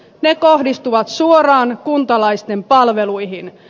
ne kohdistuvat suoraan kuntalaisten palveluihin